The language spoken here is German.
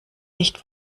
nicht